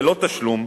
ללא תשלום,